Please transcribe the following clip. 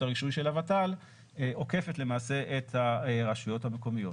הרישוי של הות"ל עוקפת למעשה את הרשויות המקומיות.